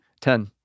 Ten